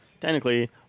technically